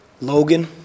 Logan